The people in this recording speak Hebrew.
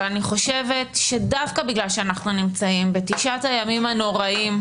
אבל אני חושבת שדווקא בגלל שאנחנו נמצאים בתשעת הימים הנוראים,